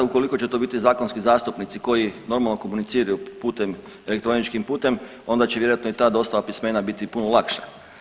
Ukoliko će to biti zakonski zastupnici koji normalno komuniciraju putem, elektroničkim putem onda će vjerojatno i ta dostava pismena biti puno lakša.